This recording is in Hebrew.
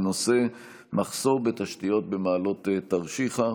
בנושא מחסור בתשתיות במעלות-תרשיחא.